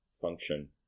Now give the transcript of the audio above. function